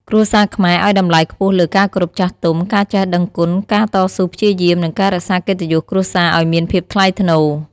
គ្រួសារខ្មែរឲ្យតម្លៃខ្ពស់លើ ការគោរពចាស់ទុំ ការចេះដឹងគុណ ការតស៊ូព្យាយាម និងការរក្សាកិត្តិយសគ្រួសារអោយមានភាពថ្លៃថ្នូរ។